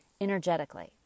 energetically